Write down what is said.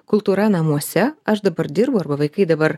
kultūra namuose aš dabar dirbu arba vaikai dabar